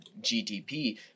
GTP